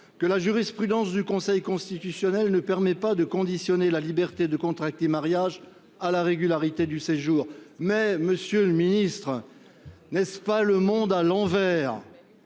que la jurisprudence du Conseil constitutionnel ne permet pas de subordonner la liberté de contracter mariage à la régularité du séjour. Mais, monsieur le ministre, n’est ce pas le monde à l’envers ?